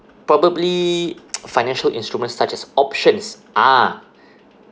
probably financial instruments such as options are